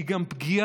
הוא גם פגיעה,